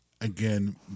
again